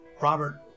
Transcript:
Robert